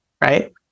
right